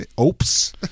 Oops